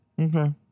Okay